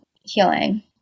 healing